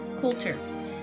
Coulter